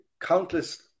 countless